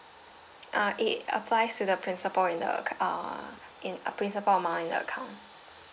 uh it applies to the principle in the acc~ uh in a principle on my account